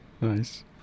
Nice